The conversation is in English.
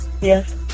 Yes